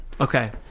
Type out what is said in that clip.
Okay